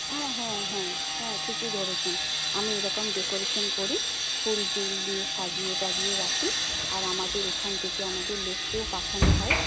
হ্যাঁ হ্যাঁ হ্যাঁ হ্যাঁ ঠিকই ধরেছেন আমি এরকম ডেকোরেশন করি ফুল টুল দিয়ে সাজিয়ে টাজিয়ে রাখি আর আমাদের এখান থেকে আমাদের লোককেও পাঠানো হয়